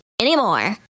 anymore